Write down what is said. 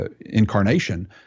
incarnation